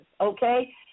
okay